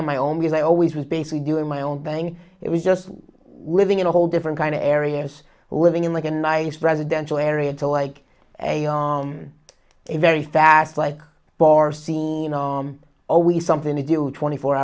on my own because i always was basically doing my own thing it was just within a whole different kind of areas living in like a nice residential area to like a on a very fast like bar scene om always something to do twenty four